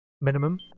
Minimum